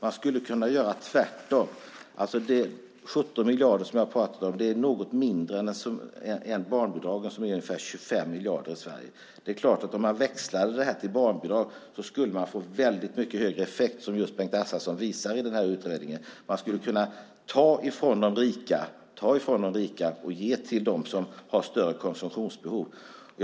Man skulle kunna göra tvärtom. De 18 miljarder som jag har pratat om är något mindre än barnbidraget, som är ungefär 25 miljarder i Sverige. Om man växlade detta till barnbidrag skulle man få mycket högre effekt. Det visar Bengt Assarsson i utredningen. Man skulle kunna ta från de rika och ge till dem som har större konsumtionsbehov. Fru talman!